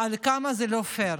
על כמה זה לא פייר.